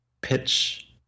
pitch